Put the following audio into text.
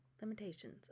Limitations